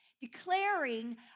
declaring